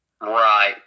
Right